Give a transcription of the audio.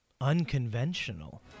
Unconventional